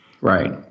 Right